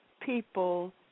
people